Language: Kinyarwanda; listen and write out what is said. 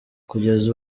kugeza